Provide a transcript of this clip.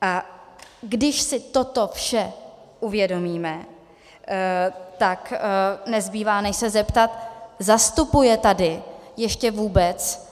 A když si toto vše uvědomíme, tak nezbývá, než se zeptat zastupuje tady ještě vůbec